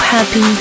Happy